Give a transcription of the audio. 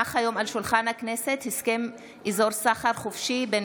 הונח היום על שולחן הכנסת הסכם אזור סחר חופשי בין